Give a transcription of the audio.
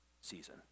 season